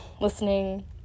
listening